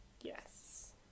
yes